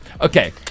Okay